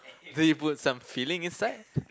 did you put some filling inside